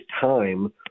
time